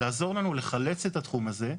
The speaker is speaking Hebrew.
לעזור לנו לחלץ את התחום הזה.